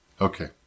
Okay